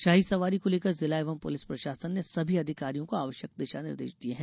शाही सवारी को लेकर जिला एवं पुलिस प्रशासन ने सभी अधिकारियां को आवश्यक दिशा निर्देश दिये हैं